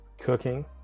cooking